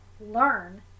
learn